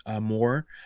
more